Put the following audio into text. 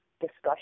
discussion